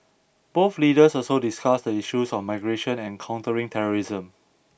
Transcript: both leaders also discussed the issues of migration and countering terrorism